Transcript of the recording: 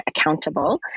accountable